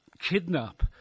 kidnap